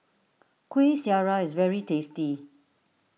Kueh Syara is very tasty